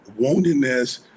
woundedness